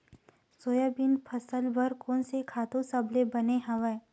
Soybean फसल बर कोन से खातु सबले बने हवय?